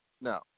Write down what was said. No